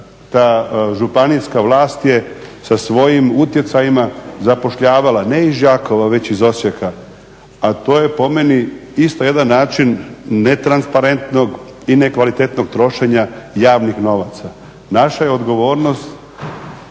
ta županijska vlast je sa svojim utjecajima zapošljavala, ne iz Đakova već iz Osijeka, a to je po meni isto jedan način netransparentnog i nekvalitetnog trošenja javnih novaca. Naša je odgovornost